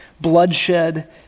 bloodshed